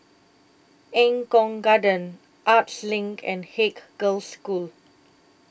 Eng Kong Garden Arts LINK and Haig Girls' School